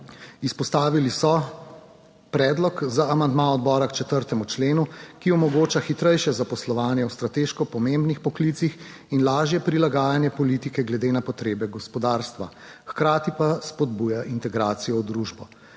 Izpostavili so predlog za amandma odbora k 4. členu, ki omogoča hitrejše zaposlovanje v strateško pomembnih poklicih in lažje prilagajanje politike glede na potrebe gospodarstva, hkrati pa spodbuja integracijo v družbo.